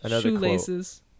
Shoelaces